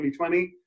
2020